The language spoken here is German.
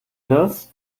das